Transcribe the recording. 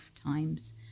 times